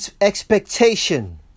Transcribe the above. expectation